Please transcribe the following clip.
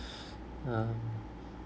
um